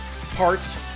parts